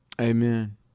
Amen